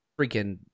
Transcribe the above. freaking